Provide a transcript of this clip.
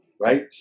right